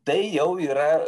tai jau yra